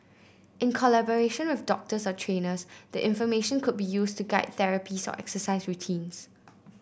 in collaboration of doctors or trainers the information could be used to guide therapies or exercise routines